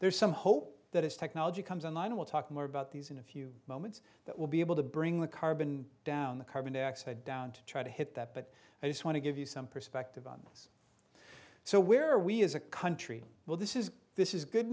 there's some hope that as technology comes online we'll talk more about these in a few moments that will be able to bring the carbon down the carbon dioxide down to try to hit that but i just want to give you some perspective on this so where are we as a country well this is this is good